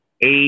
eight